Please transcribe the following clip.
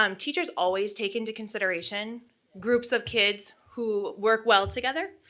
um teachers always take into consideration groups of kids who work well together,